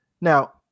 Now